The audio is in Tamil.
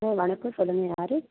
ம் வணக்கம் சொல்லுங்கள் யாரு